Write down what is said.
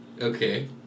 Okay